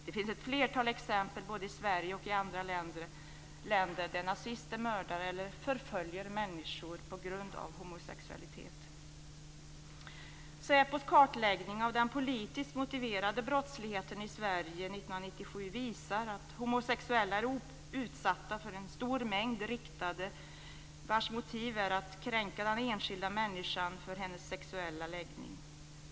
Det finns ett flertal exempel, både i Sverige och i andra länder, på att nazister mördar eller förföljer människor på grund av homosexualitet. Säpos kartläggning av den politiskt motiverade brottsligheten i Sverige 1997 visar att homosexuella är utsatta för en stor mängd riktade brott, vars motiv är att kränka den enskilda människan för hennes sexuella läggning.